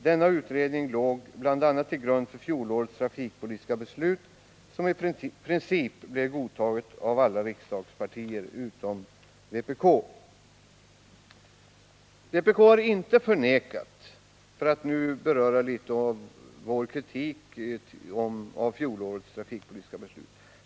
Denna utredning låg bl.a. till grund för fjolårets trafikpolitiska beslut. som i princip godtogs av alla riksdagspartier utom vpk. Så skall jag något beröra vpk:s kritik av fjolårets trafikpolitiska beslut.